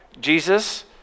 Jesus